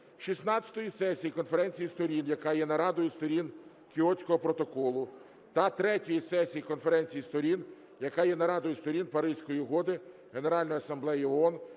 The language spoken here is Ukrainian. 16-ї сесії Конференції Сторін, яка є нарадою Сторін Кіотського протоколу, та 3-ї сесії Конференції Сторін, яка є нарадою Сторін Паризької угоди, Генеральної Асамблеї ООН,